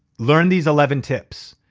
learn these eleven tips.